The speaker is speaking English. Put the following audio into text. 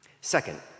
Second